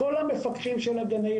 אני רוצה להעלות לזום את סוניה פרץ ממשרד